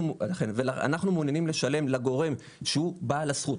אנחנו מעוניינים לשלם לגורם שהוא בעל הזכות,